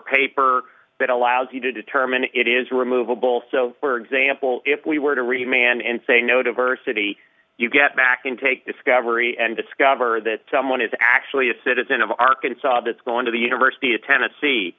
paper that allows you to determine it is removable so for example if we were to read me and say no diversity you get back in take discovery and discover that someone is actually a citizen of arkansas that's going to the university of tennessee